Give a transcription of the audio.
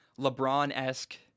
LeBron-esque